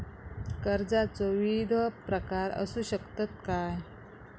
कर्जाचो विविध प्रकार असु शकतत काय?